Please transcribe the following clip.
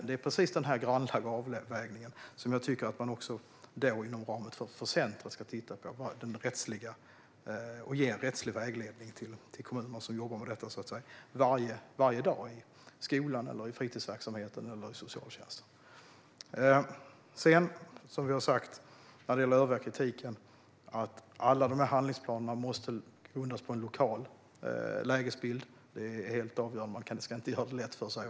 Det är precis den grannlaga avvägningen som jag tycker att man inom ramen för centret ska titta på så att man kan ge en rättslig vägledning till kommunerna som jobbar med detta varje dag i skolan, i fritidsverksamheten eller i socialtjänsten. När det gäller den övriga kritiken har vi sagt att alla handlingsplaner måste grundas på en lokal lägesbild. Det är helt avgörande. Man ska inte göra det lätt för sig.